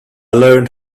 learned